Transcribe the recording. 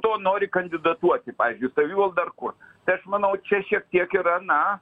to nori kandidatuoti pavyzdžiui į savivaldą ar kur tai aš manau čia šiek tiek yra na